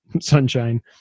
Sunshine